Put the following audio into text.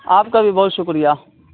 آپ کا بھی بہت شکریہ